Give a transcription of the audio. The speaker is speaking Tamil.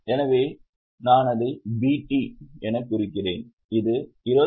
எனவே நான் அதை BT எனக் குறிக்கிறேன் இது 29300